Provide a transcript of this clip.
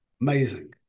Amazing